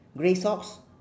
grey socks